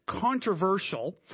controversial